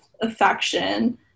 affection